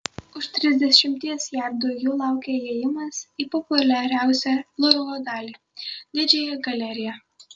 už trisdešimties jardų jų laukė įėjimas į populiariausią luvro dalį didžiąją galeriją